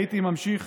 הייתי ממשיך